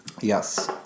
Yes